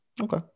okay